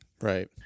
Right